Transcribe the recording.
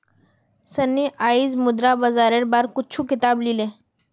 सन्नी आईज मुद्रा बाजारेर बार कुछू किताब ली ले